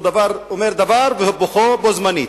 הוא אומר דבר והיפוכו בו-זמנית.